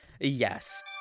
yes